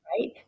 right